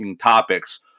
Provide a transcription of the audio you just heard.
topics